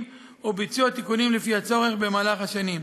או ביצוע תיקונים לפי הצורך במהלך השנים.